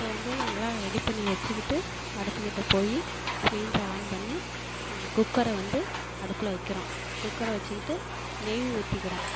இப்போ வந்து எல்லாம் ரெடி பண்ணி வச்சிக்கிட்டு அடுப்புக்கிட்ட போய் சிலிண்டரை ஆன் பண்ணி குக்கரை வந்து அடுப்பில் வைக்கிறோம் குக்கரை வச்சிக்கிட்டு குக்கரை வச்சிக்கிட்டு நெய் ஊத்திக்கிறோம்